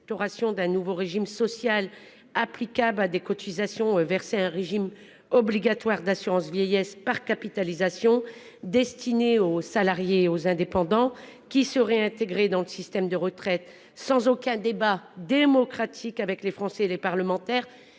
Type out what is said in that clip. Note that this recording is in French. d'un nouveau régime social applicable à des cotisations versées à un régime obligatoire d'assurance vieillesse par capitalisation destiné aux salariés et aux indépendants, régime qui serait intégré dans le système de retraite sans aucun débat démocratique avec les Français et les parlementaires,